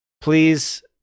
please